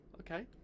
okay